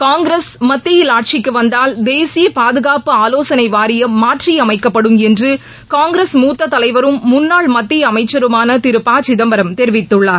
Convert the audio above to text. காங்கிரஸ் மத்தியில் ஆட்சிக்கு வந்தால் தேசிய பாதுகாப்பு ஆவோசனை வாரியம் மாற்றி அமைக்கப்படும் என்று காங்கிரஸ் மூத்த தலைவரும் முன்னாள் மத்திய அமைச்சருமான திரு ப சிதம்பரம் தெரிவித்துள்ளார்